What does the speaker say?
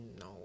no